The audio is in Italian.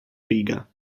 riga